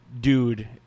dude